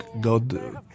God